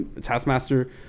taskmaster